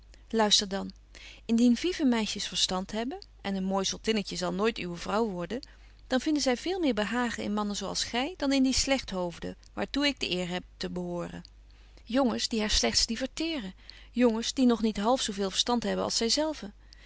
luister dan indien vive meisjes verstand hebben en een mooi zottinnetje zal nooit uwe vrouw worden dan vinden zy veel meer behagen in mannen zo als gy dan in die slegthoofden waar toe ik de eer hebbe te behoren jongens die haar slegts diverteeren jongens die nog niet half zo veel verstand hebben als zy